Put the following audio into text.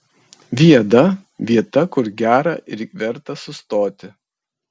viada vieta kur gera ir verta sustoti